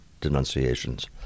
denunciations